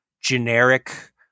generic